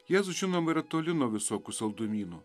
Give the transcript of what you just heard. jėzus žinoma yra toli nuo visokių saldumynų